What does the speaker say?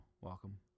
welcome